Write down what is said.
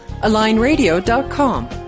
alignradio.com